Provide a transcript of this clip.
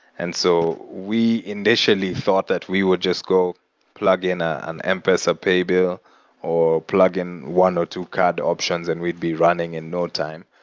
and so we initially thought that we would just go plugin in ah and m-pesa pay bill or plugin one or two card options and we'd be running in no time.